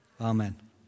Amen